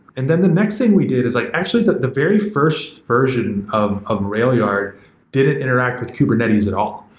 and then the next thing we did is like actually, the the very first version of of railyard didn't interact with kubernetes at all.